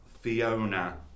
Fiona